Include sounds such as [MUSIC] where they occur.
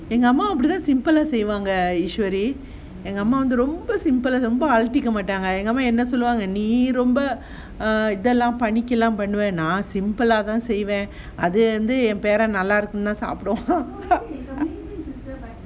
எங்க அம்மா இப்டிதா ரொம்ப:enga amma ipdithaa romba simple பண்ணுவாங்க:pannuvaanga err romba simple lah ரொம்ப அலட்டிக்க மாட்டாங்க எங்க ஆமா என்ன சொல்லுவாங்க நீ ரொம்ப இதெல்லாம் பண்ணுவ ஆனா ரொம்ப அஹ பண்ணுவேன்அத ஏன் பேரன் விரும்பி சாப்டுவான்:romba alattikaa maattaanga enga amaa enna solluvaanga neee romba ithellam pannuva aanaa romba ah thaa pannuven atha yen peran vrirmbi saaptduvaaan [LAUGHS]